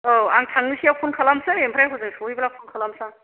औ आं थांनोसैयाव फन खालामनोसै ओमफ्राय हजों सौहैब्ला फन खालामनोसै आं